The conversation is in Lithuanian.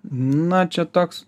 na čia toks